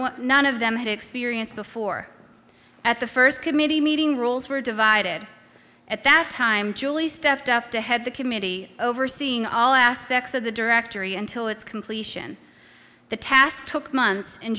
one none of them had experience before at the first committee meeting roles were divided at that time julie stepped up to head the committee overseeing all aspects of the directory until its completion the task took months and